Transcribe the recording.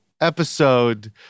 episode